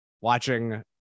watching